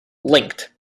linked